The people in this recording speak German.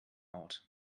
ort